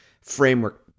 framework